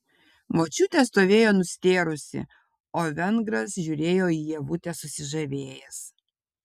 močiutė stovėjo nustėrusi o vengras žiūrėjo į ievutę susižavėjęs